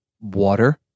Water